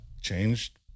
changed